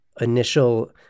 initial